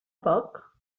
poc